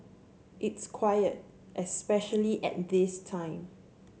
it's quiet especially at this time